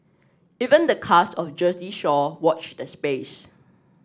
even the cast of Jersey Shore watch the space